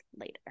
later